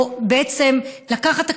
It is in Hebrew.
או בעצם לקחת,